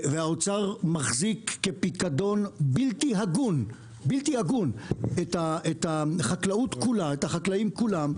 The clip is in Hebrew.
האוצר מחזיק כפיקדון בלתי הגון את החקלאים כולם.